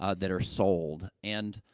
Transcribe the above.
ah that are sold. and,